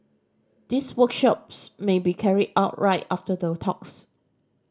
these workshops may be carried out right after the talks